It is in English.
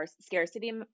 scarcity